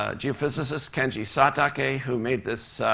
ah geophysicist, kenji satake, who made this